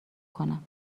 کنم